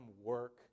work